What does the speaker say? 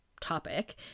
topic